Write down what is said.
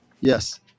Yes